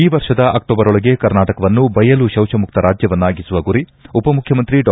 ಈ ವರ್ಷದ ಅಕ್ಷೋಬರೊಳಗೆ ಕರ್ನಾಟಕವನ್ನು ಬಯಲು ಶೌಚಮುಕ್ತ ರಾಜ್ಯವನ್ನಾಗಿಸುವ ಗುರಿ ಉಪಮುಖ್ಯಮಂತ್ರಿ ಡಾ